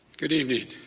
good evening.